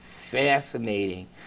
fascinating